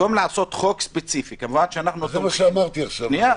במקום לעשות חוק ספציפי -- זה מה שאמרתי עכשיו,